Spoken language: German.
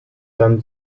dann